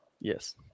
yes